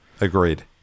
Agreed